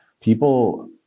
people